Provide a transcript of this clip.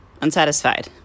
unsatisfied